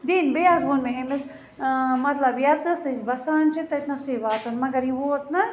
دِنۍ بییٚہِ حظ ووٚن مےٚ أمِس مَطلَب ییٚتھَس أسۍ بَسان چھِ تٔتۍ نَسٕے واتُن مَگر یہِ ووت نہٕ